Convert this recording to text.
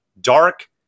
Dark